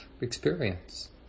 experience